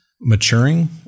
maturing